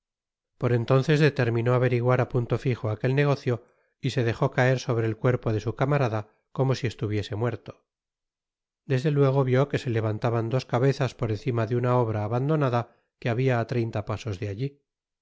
por entonces determinó averiguar á punto fijo aquel negocio y se dejó caer sobre el cuerpo do su camarada como si estuviese muerto desde luego vió que se levantaban dos cabezas por encima de una obra abandonada que habia á treinta pasos de alli